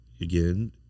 again